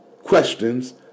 questions